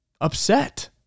upset